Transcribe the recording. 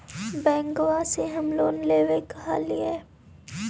बैंकवा से हम लोन लेवेल कहलिऐ?